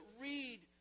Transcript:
read